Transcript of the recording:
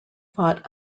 fought